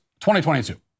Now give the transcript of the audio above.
2022